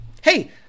Hey